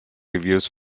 reviews